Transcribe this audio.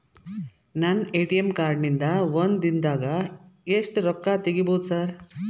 ನನ್ನ ATM card ನಿಂದಾ ಒಂದ್ ದಿಂದಾಗ ಎಷ್ಟ ರೊಕ್ಕಾ ತೆಗಿಬೋದು ಸಾರ್?